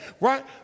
right